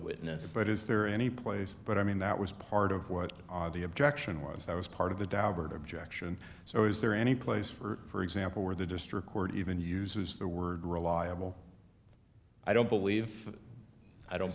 witness that is there any place but i mean that was part of what the objection was that was part of the daubert objection so is there any place for example where the district court even uses the word reliable i don't believe i don't